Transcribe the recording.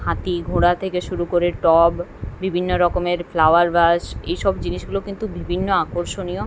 হাতি ঘোড়া থেকে শুরু করে টব বিভিন্ন রকমের ফ্লাওয়ার ভাস এই সব জিনিসগুলো কিন্তু বিভিন্ন আকর্ষণীয়